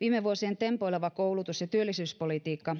viime vuosien tempoileva koulutus ja työllisyyspolitiikka